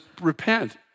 repent